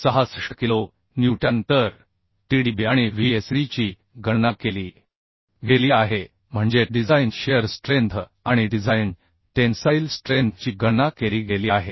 66 kilo newton तर TdBआणि VSD ची गणना केली गेली आहे म्हणजेडिझाइन शिअर स्ट्रेंथ आणि डिझाइन टेन्साईल स्ट्रेंथ ची गणना केली गेली आहे